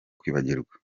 kwibagirwa